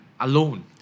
alone